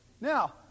Now